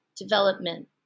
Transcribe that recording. development